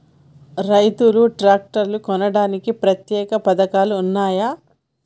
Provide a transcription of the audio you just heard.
రైతులు ట్రాక్టర్లు కొనడానికి ప్రత్యేక పథకాలు ఉన్నయా?